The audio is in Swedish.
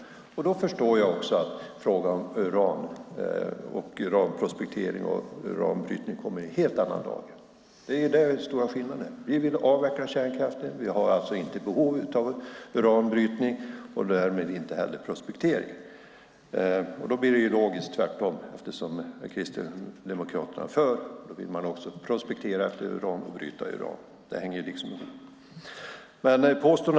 Mot den bakgrunden förstår jag att frågan om uranprospektering och uranbrytning kommer i en helt annan dager. Däri ligger den stora skillnaden. Vänsterpartiet vill alltså avveckla kärnkraften. Vi ser inget behov av uranbrytning och därmed inte heller av prospektering. Då blir motsatsen logisk. Eftersom Kristdemokraterna är för vill man också ha uranprospektering och uranbrytning; det hänger liksom ihop.